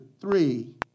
three